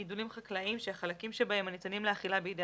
גידולים חקלאיים שהחלקים שבהם הניתנים לאכילה בידי